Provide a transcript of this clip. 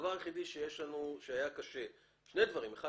שני דברים היו קשים: אחד,